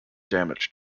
damage